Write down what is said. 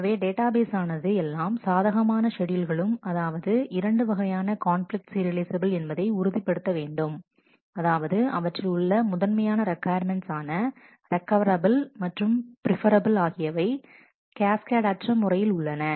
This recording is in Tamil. எனவே டேட்டாபேஸ் ஆனது எல்லாம் சாதகமான ஷெட்யூல்களும் அதாவது இரண்டு வகையான கான்பிலிக்ட் சீரியலைசபில் என்பதை உறுதிப்படுத்த வேண்டும் அதாவது அவற்றில் உள்ள முதன்மையான ரெக்கொயர்மெண்ட்ஸ் ஆன ரெக்கவரபில் மற்றும் பிரீ பரபுஃல் ஆகியவை கேஸ்கேட் அற்ற முறையில் உள்ளன